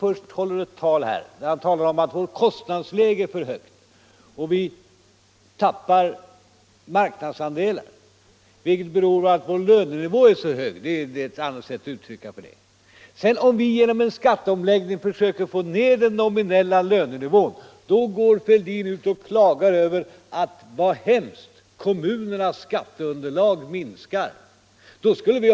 Först håller han ett tal, där han säger att vårt kostnadsläge är för högt och att vi tappar marknadsandelar — och det är bara ett annat sätt att uttrycka uppfattningen att vårt löneläge är alltför högt. Om vi då genom en skatteomläggning försöker få ner den nominella lönenivån, klagar herr Fälldin i stället på ett annat sätt: Kommunernas skatteunderlag minskar — så hemskt!